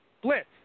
Blitz